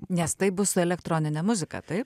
nes taip bus su elektronine muzika taip